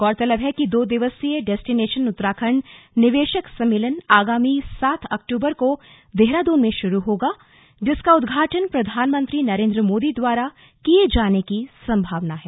गौरतलब है कि दो दिवसीय डेस्टिनेशन उत्तराखंड निवेशक सम्मेलन आगामी सात अक्टूबर को देहरादून में शुरू होगा जिसका उद्घाटन प्रधानमंत्री नरेन्द्र मोदी द्वारा किए जाने की संभावना है